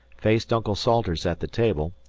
faced uncle salters at the table,